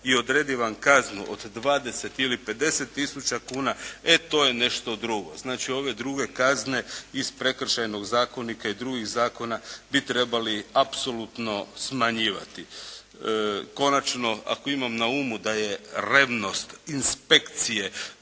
i odredi vam kaznu od 20 ili 50 tisuća kuna, e to je nešto drugo. Znači, ove druge kazne iz Prekršajnog zakonika i drugih zakona bi trebali apsolutno smanjivati. Konačno ako imam na umu da je revnost inspekcije